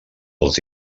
als